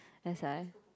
that's why